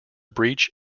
breach